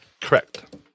Correct